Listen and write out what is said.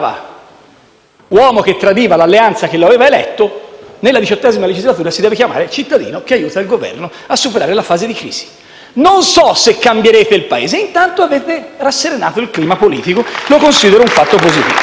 uomo che tradiva l'alleanza che lo aveva eletto, nella XVIII legislatura si deve chiamare cittadino che aiuta il Governo a superare la fase di crisi. Non so se cambierete il Paese, ma intanto avete rasserenato il clima politico e lo considero un fatto positivo.